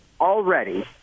already